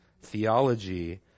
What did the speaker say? theology